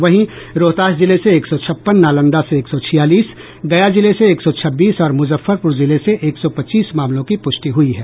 वहीं रोहतास जिले से एक सौ छप्पन नालंदा से एक सौ छियालीस गया जिले से एक सौ छब्बीस और मुजफ्फरपुर जिले से एक सौ पच्चीस मामलों की पुष्टि हुई है